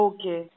Okay